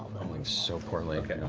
going so poorly.